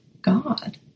God